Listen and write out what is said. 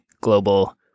global